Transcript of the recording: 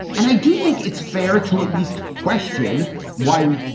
and i do think it's fair to at least question why.